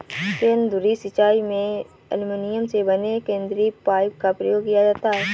केंद्र धुरी सिंचाई में एल्युमीनियम से बने केंद्रीय पाइप का प्रयोग किया जाता है